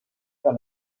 par